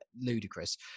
ludicrous